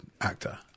actor